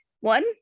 One